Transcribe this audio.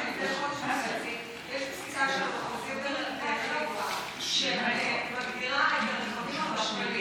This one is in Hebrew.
שמלפני חודש וחצי יש פסיקה של המחוזי בחיפה שמגדירה את הרכבים החשמליים,